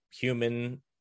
human